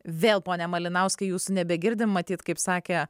vėl pone malinauskai jūsų nebegirdim matyt kaip sakė